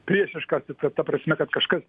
priešiškas ir ta ta prasme kad kažkas